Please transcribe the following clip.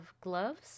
gloves